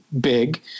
big